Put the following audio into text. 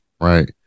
right